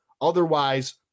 Otherwise